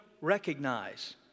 recognize